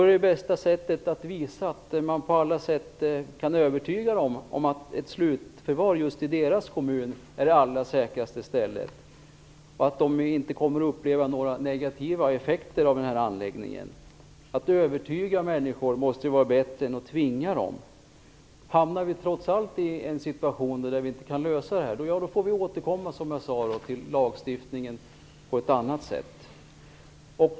Det bästa sättet är att visa att man på alla sätt kan övertyga dem om att ett slutförvar i just deras kommun är det allra säkraste, att de inte kommer att uppleva några negativa effekter av den här anläggningen. Att övertyga människor måste vara bättre än att tvinga dem. Hamnar vi trots allt i en situation där vi inte kan lösa detta, får vi återkomma till lagstiftning på ett annat sätt.